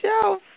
Shelf